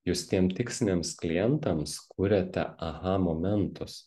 jūs tiem tiksliniams klientams kuriate aha momentus